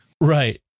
Right